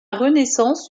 renaissance